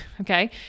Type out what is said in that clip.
Okay